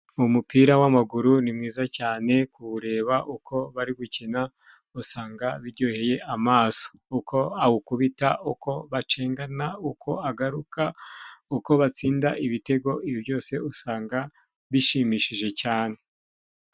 Umupira w'amaguru ni mwiza cyane, kuwureba uko bari gukina usanga biryoheye amaso. Uko awukubita, uko bacengana, uko agaruka uko batsinda ibitego, ibi byose usanga bishimishije cyane.